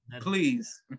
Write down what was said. please